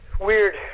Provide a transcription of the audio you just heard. weird